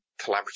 collaborative